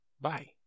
Bye